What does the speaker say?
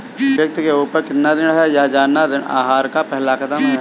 व्यक्ति के ऊपर कितना ऋण है यह जानना ऋण आहार का पहला कदम है